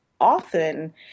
often